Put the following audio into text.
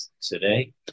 today